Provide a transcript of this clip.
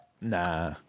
Nah